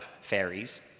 fairies